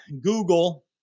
Google